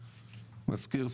מזכיר,